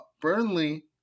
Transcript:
Burnley